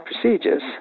procedures